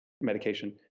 medication